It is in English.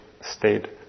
state